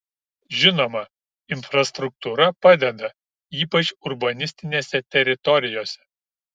žinoma infrastruktūra padeda ypač urbanistinėse teritorijose